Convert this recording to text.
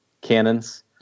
cannons